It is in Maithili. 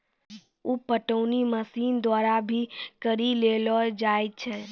उप पटौनी मशीन द्वारा भी करी लेलो जाय छै